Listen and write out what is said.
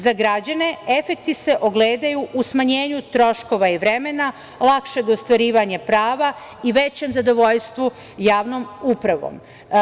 Za građane efekti se ogledaju u smanjenju troškova i vremena, lakšeg ostvarivanja prava i većem zadovoljstvu javnom upravom.